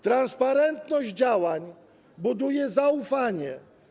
Transparentność działań buduje zaufanie.